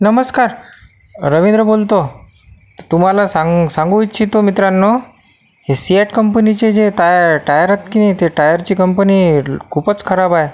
नमस्कार रवींद्र बोलतो तुम्हाला सांग सांगू इच्छितो मित्रांनो हे सिॲट कंपनीचे जे टाय टायर आहेत की नाही ते टायरची कंपनी खूपच खराब आहे